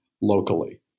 locally